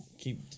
Keep